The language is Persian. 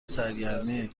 سرگرمی